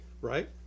right